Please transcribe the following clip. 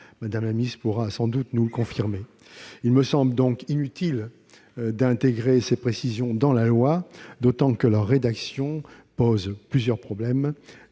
Mme la ministre pourra sans doute nous le confirmer. Il me semble donc inutile d'intégrer ces précisions dans la loi, d'autant que la rédaction des amendements pose plusieurs problèmes-